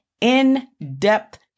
in-depth